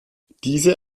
diese